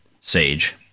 Sage